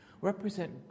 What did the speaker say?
represent